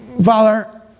Father